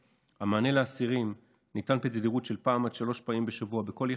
המענה לאסירים ניתן בתדירות של פעם עד שלוש פעמים בשבוע בכל יחידה.